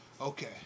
Okay